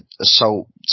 assault